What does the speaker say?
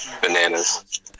Bananas